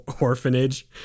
orphanage